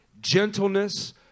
gentleness